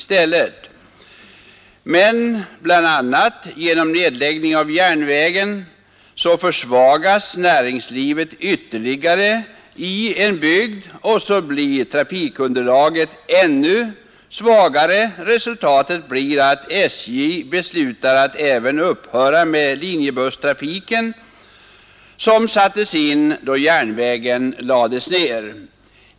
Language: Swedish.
Bl. a. på grund av nedläggning av järnvägen försvagas emellertid näringslivet ytterligare i en bygd, och så blir trafikunderlaget ännu svagare. Resultatet blir att SJ beslutar att upphöra även med linjebusstrafiken som sattes in då järnvägen lades ner.